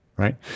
Right